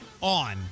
on